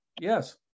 yes